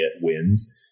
wins